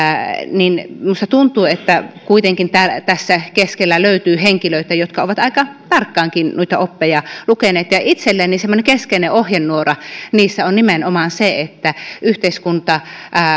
huolimatta minusta tuntuu että kuitenkin tästä keskellä löytyy henkilöitä jotka ovat aika tarkkaankin noita oppeja lukeneet itselleni semmoinen keskeinen ohjenuora niissä on nimenomaan se että yhteiskunta